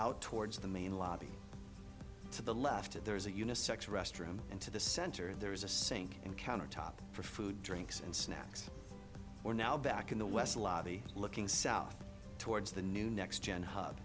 out towards the main lobby to the left and there is a unisex restroom into the center there is a sink and countertop for food drinks and snacks we're now back in the west lobby looking south towards the new next gen hu